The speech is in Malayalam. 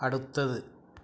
അടുത്തത്